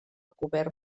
cobert